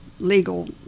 legal